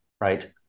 right